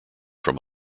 from